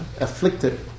Afflicted